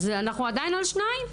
אז אנחנו עדיין על שניים?